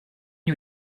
you